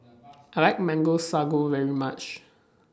I like Mango Sago very much